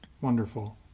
Wonderful